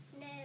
No